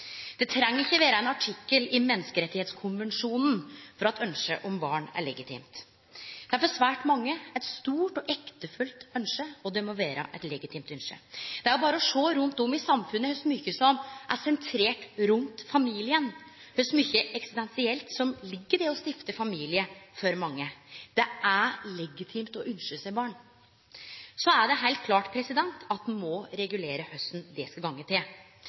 Det treng ikkje vere ein artikkel i Menneskerettskonvensjonen for at ynsket om barn er legitimt. Det er for svært mange eit stort og ektefølt ynske, og det må vere eit legitimt ynske. Det er berre å sjå rundt om i samfunnet kor mykje som er sentrert rundt familien, kor mykje eksistensielt som ligg i det å stifte familie for mange. Det er legitimt å ynskje seg barn. Så er det heilt klart at ein må regulere korleis det skal kunne gå til.